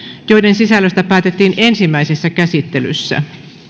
joiden sisällöstä päätettiin ensimmäisessä käsittelyssä